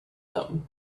them